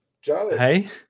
Hey